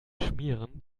schmieren